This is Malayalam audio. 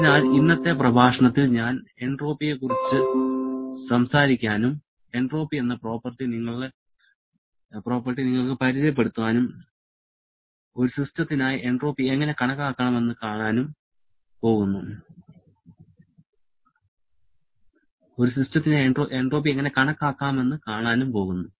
അതിനാൽ ഇന്നത്തെ പ്രഭാഷണത്തിൽ ഞാൻ എൻട്രോപ്പിയെക്കുറിച്ച് സംസാരിക്കാനും എൻട്രോപ്പി എന്ന പ്രോപ്പർട്ടി നിങ്ങൾക്ക് പരിചയപ്പെടുത്താനും ഒരു സിസ്റ്റത്തിനായി എൻട്രോപ്പി എങ്ങനെ കണക്കാക്കാമെന്ന് കാണാനും പോകുന്നു